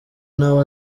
nawe